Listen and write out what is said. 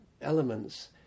elements